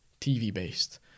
TV-based